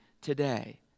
today